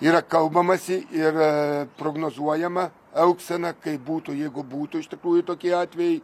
yra kalbamasi ir prognozuojama elgsena kaip būtų jeigu būtų iš tikrųjų tokie atvejai